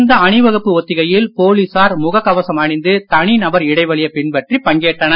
இந்த அணிவகுப்பு ஒத்திகையில் போலீசார் முக கவசம் அணிந்து தனிநபர் இடைவெளியைப் பின்பற்றி பங்கேற்றனர்